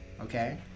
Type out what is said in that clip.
okay